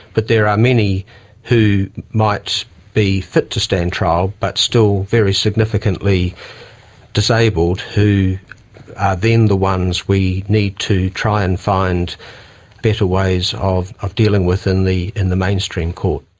but there are many who might be fit to stand trial but still very significantly disabled who are then the ones we need to try and find better ways of of dealing with in the in the mainstream court.